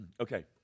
Okay